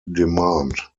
demand